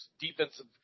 defensive